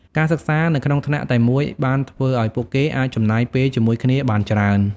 ការសិក្សានៅក្នុងថ្នាក់តែមួយបានធ្វើឲ្យពួកគេអាចចំណាយពេលជាមួយគ្នាបានច្រើន។